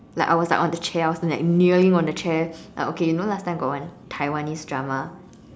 like I was like on the chair I was like kneeling on the chair like okay you know last time got one Taiwanese drama